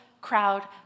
crowd